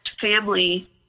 family